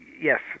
yes